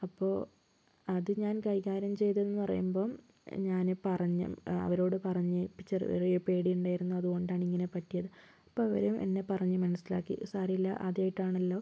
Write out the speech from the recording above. അപ്പോൾ അത് ഞാൻ കൈകാര്യം ചെയ്തെന്ന് പറയുമ്പം ഞാന് പറഞ്ഞ് അവരോടു പറഞ്ഞ് അപ്പം ചെറിയ പേടിയുണ്ടായിരുന്നു അതുകൊണ്ടാണ് ഇങ്ങനെ പറ്റിയത് അപ്പം അവരും എന്നെ പറഞ്ഞു മനസിലാക്കി സാരമില്ല ആദ്യായിട്ടാണല്ലോ